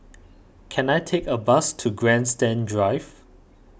can I take a bus to Grandstand Drive